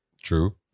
True